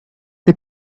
the